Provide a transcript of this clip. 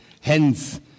hence